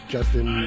Justin